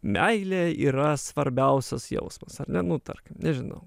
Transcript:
meilė yra svarbiausias jausmas ar ne nu tarkim nežinau